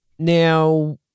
Now